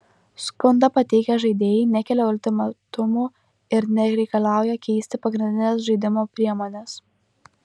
skundą pateikę žaidėjai nekelia ultimatumų ir nereikalauja keisti pagrindinės žaidimo priemonės